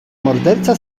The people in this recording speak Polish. morderca